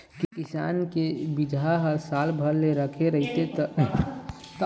किसान के बिजहा ह साल भर ले रखाए रहिथे त बहुत के बीजा ह जामय घलोक नहि